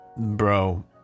Bro